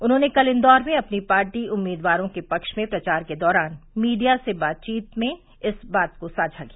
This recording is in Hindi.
उन्होंने कल इंदौर में अपनी पार्टी उम्मीदवारों के पक्ष में प्रचार के दौरान मीडिया से बातचीत में इस बात को साझा किया